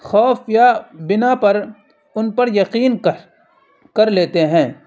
خوف یا بنا پر ان پر یقین کر کر لیتے ہیں